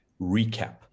recap